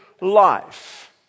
life